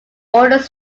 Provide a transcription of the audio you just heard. ordered